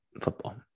football